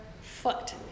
foot